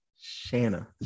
Shanna